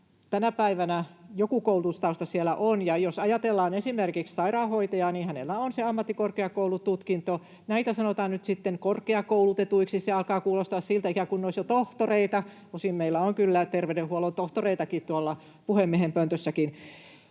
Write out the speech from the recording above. tänä päivänä joku koulutustausta siellä on. Jos ajatellaan esimerkiksi sairaanhoitajaa, niin hänellä on se ammattikorkeakoulututkinto. Näitä sanotaan nyt sitten korkeakoulutetuiksi. Se alkaa kuulostaa siltä, ikään kuin he olisivat jo tohtoreita. Osin meillä on kyllä terveydenhuollon tohtoreitakin tuolla puhemiehen pöntössäkin.